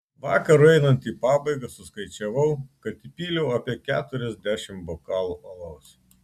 vakarui einant į pabaigą suskaičiavau kad įpyliau apie keturiasdešimt bokalų alaus